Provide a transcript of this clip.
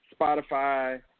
Spotify